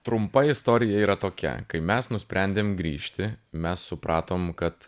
trumpa istorija yra tokia kai mes nusprendėm grįžti mes supratom kad